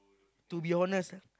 to be honest ah